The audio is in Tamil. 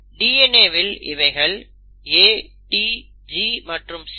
DNA வில் இவைகள் A T G மற்றும் C